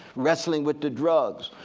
wrestling with the drugs.